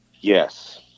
Yes